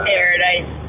Paradise